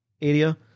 area